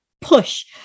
push